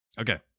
Okay